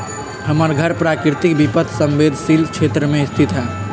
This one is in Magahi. हमर घर प्राकृतिक विपत संवेदनशील क्षेत्र में स्थित हइ